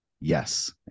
Yes